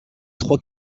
trois